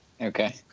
Okay